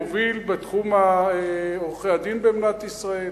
מוביל בתחום עורכי-הדין במדינת ישראל,